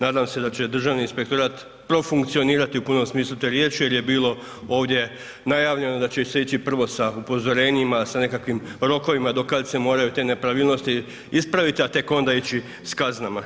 Nadam se da će Državni inspektorat profunkcionirati u punom smislu te riječi jer je bilo ovdje najavljeno da će se ići prvo sa upozorenjima, sa nekim rokovima do kad se moraju te nepravilnosti ispraviti, a tek onda ići s kaznama.